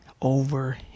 over